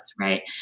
right